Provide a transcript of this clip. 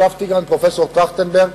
ישבתי גם עם פרופסור טרכטנברג,